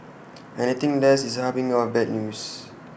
anything less is A harbinger of bad news